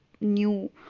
new